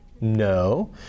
No